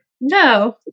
No